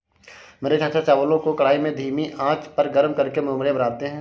मेरे चाचा चावलों को कढ़ाई में धीमी आंच पर गर्म करके मुरमुरे बनाते हैं